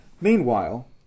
Meanwhile